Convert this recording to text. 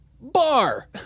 bar